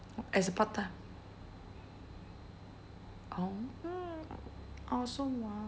as a part time oh I also want